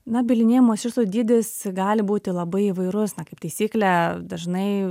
na bylinėjimosi išlaidų dydis gali būti labai įvairus na kaip taisyklė dažnai